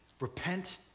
Repent